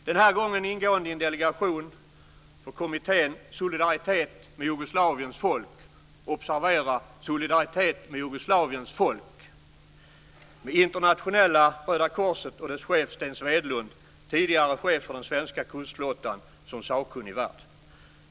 Den här gången ingående i en delegation för kommittén Solidaritet med Jugoslaviens folk - observera: solidaritet med Jugoslaviens folk - med Swedlund, tidigare chef för den svenska kustflottan, som sakkunnig värd.